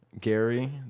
Gary